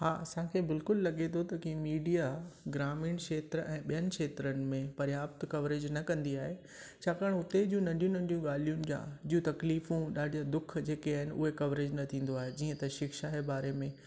हा असांखे बिल्कुलु लॻे थो त की मीडिया ग्रामीण खेत्र ऐं ॿियनि खेत्रनि में पर्याप्त कवरेज न कंदी आहे छाकाणि हुते जूं नंढियूं नंढियूं ॻाल्हियुनि जा जूं तकलीफ़ू ॾाढा दुख जेके आहिनि उहे कवरेज न थींदो आहे जीअं त शिक्षा जे बारे में